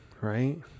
right